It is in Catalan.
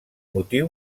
motiu